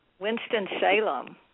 Winston-Salem